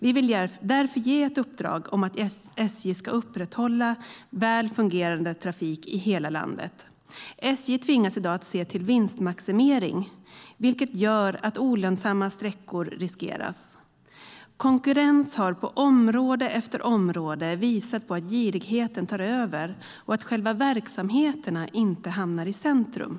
Vi vill därför ge ett uppdrag om att SJ ska upprätthålla väl fungerande trafik i hela landet. SJ tvingas i dag se till vinstmaximering, vilket gör att olönsamma sträckor riskeras. Konkurrens har på område efter område visat att girigheten tar över och att själva verksamheterna inte hamnar i centrum.